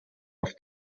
auf